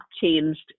changed